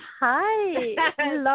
Hi